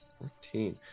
Fourteen